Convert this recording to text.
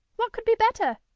what could be better!